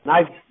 Nice